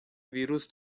ویروس